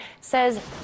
says